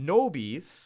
Nobis